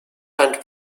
and